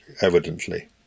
evidently